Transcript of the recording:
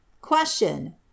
Question